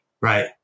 Right